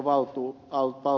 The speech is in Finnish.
puhemies